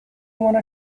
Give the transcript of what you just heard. wanna